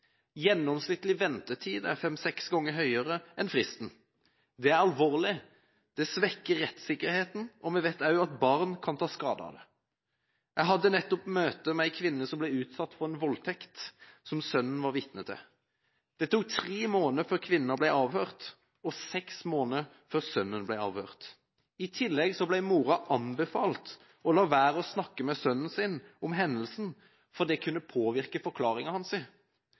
Gjennomsnittlig ventetid er fem–seks ganger lengre enn fristen. Det er alvorlig, det svekker rettssikkerheten, og vi vet også at barn kan ta skade av det. Jeg hadde nettopp møte med en kvinne som ble utsatt for en voldtekt som sønnen var vitne til. Det tok tre måneder før kvinnen ble avhørt, og seks måneder før sønnen ble avhørt. I tillegg ble mora anbefalt å la være å snakke med sønnen sin om hendelsen, fordi det kunne påvirke forklaringa